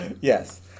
Yes